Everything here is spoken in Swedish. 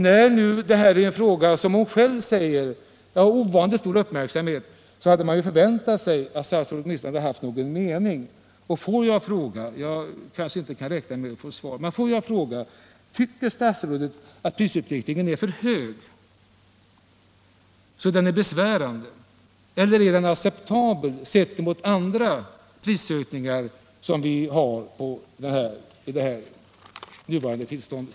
När detta är en fråga, som statsrådet själv säger, av ovanligt stor vikt hade man ju väntat sig att statsrådet åtminstone skulle ha haft någon mening. Får jag fråga fast jag kanske inte kan räkna med att få svar: Tycker statsrådet att prisutvecklingen är så hög att den är besvärande? Eller är den acceptabel sedd mot andra prisökningar som vi fått i det nuvarande tillståndet?